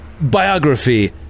biography